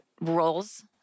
roles